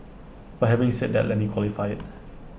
but having said that let me qualify IT